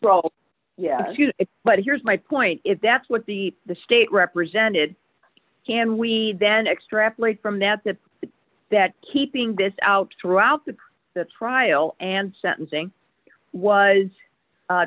problem but here's my point if that's what the the state represented can we then extrapolate from that that that keeping this out throughout the trial and sentencing was a